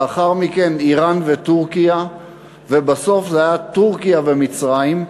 לאחר מכן איראן וטורקיה ובסוף היו טורקיה ומצרים,